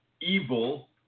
evil